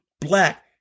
black